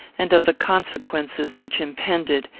and of the consequences which impended,